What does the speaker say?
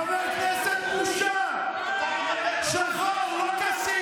אתה מדבר, חבר כנסת בושה, שחור, הוא לא כסיף.